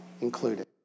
included